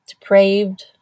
depraved